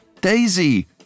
Daisy